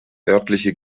örtliche